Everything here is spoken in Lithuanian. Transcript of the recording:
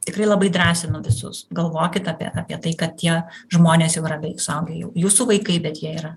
tikrai labai drąsinu visus galvokit apie apie tai kad tie žmonės jau yra beveik suaugę jau jūsų vaikai bet jie yra